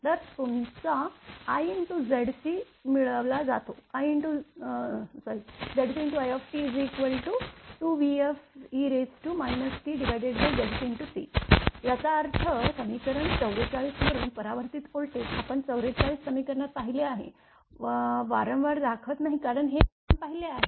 तर तुमचा itZc मिळवला जातो Zcit2vfe tZcC याचा अर्थ समीकरण 44 वरून परावर्तित व्होल्टेज आपण 44 समीकरणात पाहिले आहे वारंवार दाखवत नाही कारण हे आपण पाहिले आहे